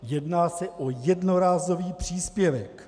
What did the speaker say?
Jedná se o jednorázový příspěvek.